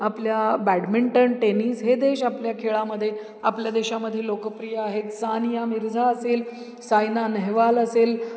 आपल्या badminton tennis हे देश आपल्या खेळामध्ये आपल्या देशामध्ये लोकप्रिय आहेत सानिया मिर्झा असेल सायना नेहवाल असेल